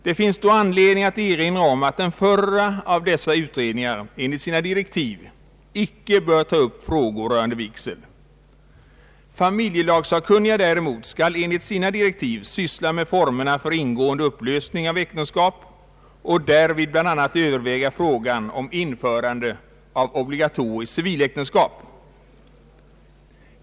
Det finns då anledning att erinra om att den förra utredningen enligt sina direktiv icke bör ta upp frågor rörande vigsel. Familjelagssakkunniga däremot skall enligt sina direktiv syssla med formerna för ingående och upplösning av äktenskap och därvid bl.a. överväga frågan om införande av obligatoriskt civiläktenskap.